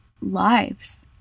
lives